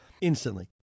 instantly